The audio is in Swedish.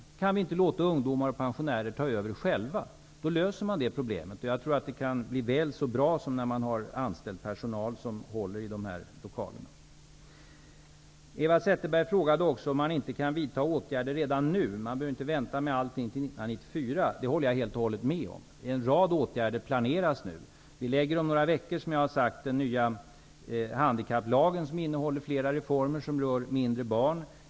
Skall vi inte låta ungdomar och pensionärer ta över själva? Jag tror att man då skulle lösa problemet, och jag tror att det kan bli väl så bra som när kommunen har anställd personal som håller i lokalerna. Eva Zetterberg frågade om man inte kan vidta åtgärder redan nu och menade att man inte behöver vänta med allting till 1994. Jag håller helt och hållet med om det. En rad åtgärder planeras nu. Vi lägger om några veckor fram, som jag har sagt, ett förslag till en ny handikapplag som innehåller flera reformer som rör mindre barn.